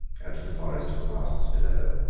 and to the forest of masts below.